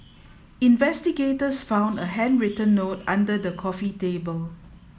investigators found a handwritten note under the coffee table